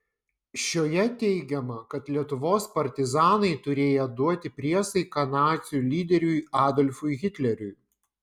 šioje teigiama kad lietuvos partizanai turėję duoti priesaiką nacių lyderiui adolfui hitleriui